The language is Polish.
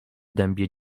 dębie